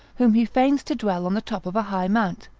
whom he feigns to dwell on the top of a high mount,